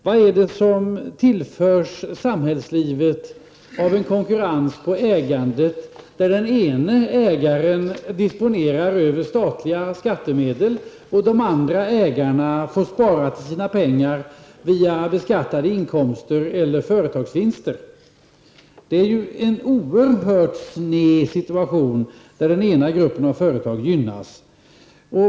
Vad är det som tillförs samhällslivet av konkurrens när det gäller ägandet där den ena ägaren disponerar över statliga skattemedel, och de andra ägarna får spara ihop sina pengar via beskattade inkomster eller företagsvinster? Det är ju en oerhört sned situation där den ena gruppen av företag gynnas.